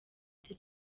the